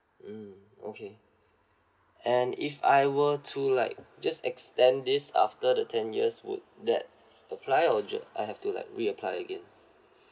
mm okay and if I were to like just extend this after the ten years would that apply or do I have to reapply again